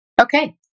Okay